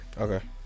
Okay